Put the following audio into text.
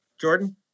Jordan